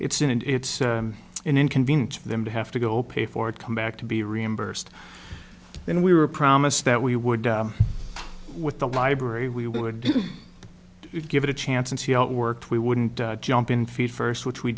it's in and it's an inconvenience for them to have to go pay for it come back to be reimbursed then we were promised that we would with the library we would give it a chance and see how it worked we wouldn't jump in feet first which we